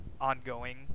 ongoing